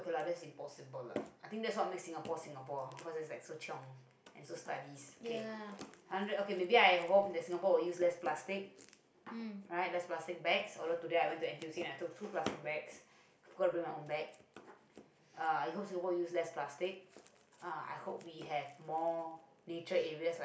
ya mm